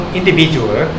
individual